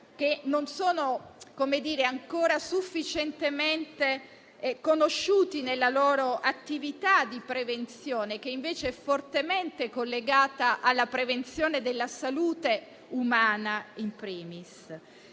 che non sono ancora sufficientemente riconosciuti nella loro attività di prevenzione, che invece è fortemente collegata alla prevenzione della salute umana *in primis*.